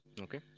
Okay